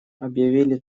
объявили